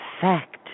fact